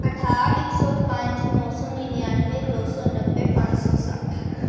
ਅਠਾਹਠ ਇੱਕ ਸੌ ਪੰਜ ਨੌ ਸੌ ਨੀਨਿਆਨਵੇਂ ਦੋ ਸੌ ਨੱਬੇ ਪੰਜ ਸੌ ਸੱਠ